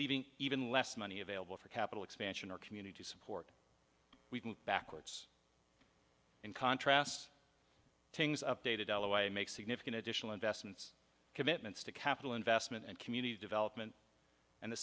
leaving even less money available for capital expansion or community support we've moved backwards in contrast things updated on the way make significant additional investments commitments to capital investment and community development and the